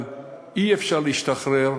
אבל אי-אפשר להשתחרר,